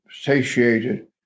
satiated